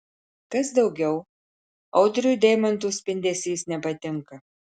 kas daugiau audriui deimantų spindesys nepatinka